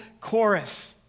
chorus